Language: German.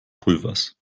pulvers